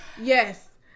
yes